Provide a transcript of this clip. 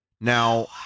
Now